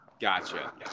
gotcha